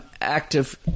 active